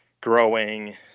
growing